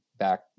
back